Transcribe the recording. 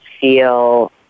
feel